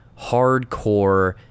hardcore